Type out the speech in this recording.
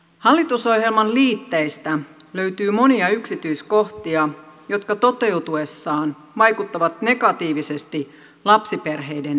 hallitusohjelman liitteistä löytyy monia yksityiskohtia jotka toteutuessaan vaikuttavat negatiivisesti lapsiperheiden elämään